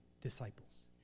disciples